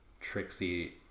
Trixie